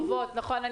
נכון,